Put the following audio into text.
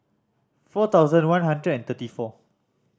four thousand one hundred and thirty four